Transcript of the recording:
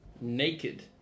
naked